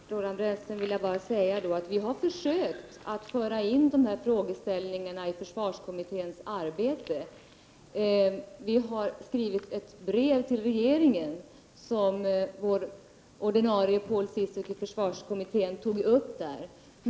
Fru talman! Jag vill bara säga till Roland Brännström att vi i miljöpartiet har försökt föra in de här frågeställningarna i försvarskommitténs arbete. Vi har skrivit ett brev till regeringen, och vår ordinarie ledamot i försvarskommittén, Paul Ciszuk, har tagit upp det där.